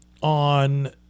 on